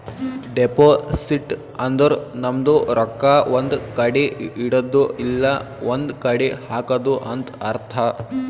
deposit ಅಂದುರ್ ನಮ್ದು ರೊಕ್ಕಾ ಒಂದ್ ಕಡಿ ಇಡದ್ದು ಇಲ್ಲಾ ಒಂದ್ ಕಡಿ ಹಾಕದು ಅಂತ್ ಅರ್ಥ